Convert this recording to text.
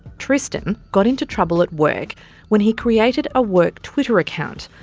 tristan got into trouble at work when he created a work twitter account,